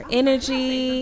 energy